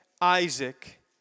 Isaac